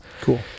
cool